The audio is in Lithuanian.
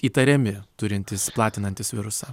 įtariami turintys platinantys virusą